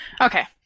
Okay